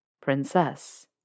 Princess